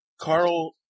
Carl